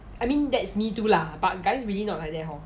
I mean that's me too lah but guys really not like that hor